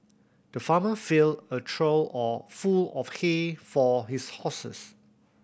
the farmer filled a trough all full of hay for his horses